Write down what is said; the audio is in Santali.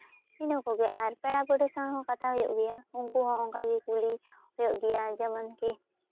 ᱚᱱᱟ ᱠᱚᱜᱮ ᱟᱨ ᱯᱟᱲᱟ ᱯᱩᱲᱥᱤ ᱥᱟᱶ ᱦᱚᱸ ᱠᱟᱛᱷᱟ ᱦᱩᱭᱩᱜ ᱜᱮᱭᱟ ᱩᱱᱠᱩ ᱦᱚᱸ ᱚᱱᱠᱟ ᱜᱮ ᱠᱩᱞᱤ ᱦᱩᱭᱩᱜ ᱜᱮᱭᱟ ᱡᱮᱢᱚᱱᱠᱤ